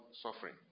suffering